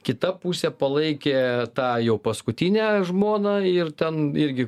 kita pusė palaikė tą jau paskutinę žmoną ir ten irgi